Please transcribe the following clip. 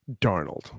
Darnold